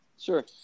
Sure